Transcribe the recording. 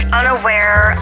unaware